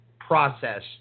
process